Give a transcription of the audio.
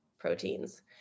proteins